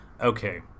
okay